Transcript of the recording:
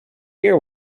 hear